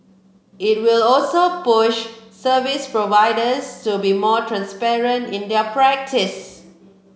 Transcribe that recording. it will also push service providers to be more transparent in their practices